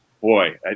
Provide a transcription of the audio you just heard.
boy